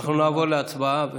אנחנו נעבור להצבעה,